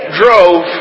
drove